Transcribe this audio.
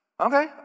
Okay